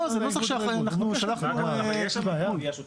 יש שם גבייה שוטפת.